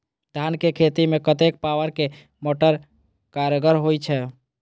धान के खेती में कतेक पावर के मोटर कारगर होई छै?